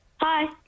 Hi